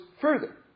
further